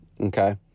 Okay